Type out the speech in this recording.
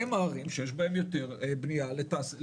הן הערים שיש בהן יותר בנייה לתעשייה.